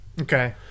Okay